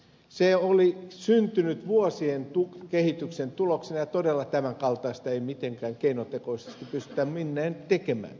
se oli syntynyt vuosien kehityksen tuloksena ja todella tämän kaltaista ei mitenkään keinotekoisesti pystytä minnekään tekemään